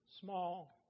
small